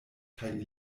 kaj